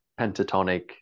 pentatonic